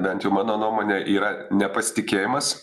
bent jau mano nuomone yra nepasitikėjimas